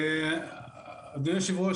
אדוני היושב-ראש,